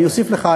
אני אוסיף לך,